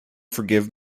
forgive